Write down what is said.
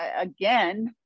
again